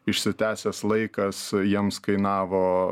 išsitęsęs laikas jiems kainavo